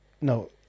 no